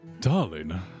Darling